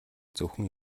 зөвхөн